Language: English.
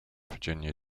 virginia